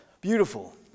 Beautiful